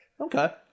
okay